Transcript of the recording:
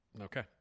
Okay